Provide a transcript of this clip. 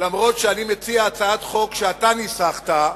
אף-על-פי שאני מציע הצעת חוק שאתה ניסחת,